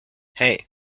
hey